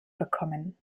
bekommen